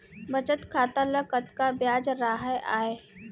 बचत खाता ल कतका ब्याज राहय आय?